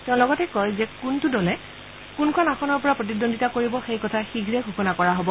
তেওঁ লগতে কয় যে কোনটো দলে কোনখন আসনৰ পৰা প্ৰতিদ্বন্দ্বীতা কৰিব সেই কথা শীঘ্ৰে ঘোষণা কৰা হব